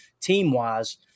team-wise